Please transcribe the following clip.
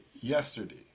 yesterday